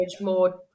more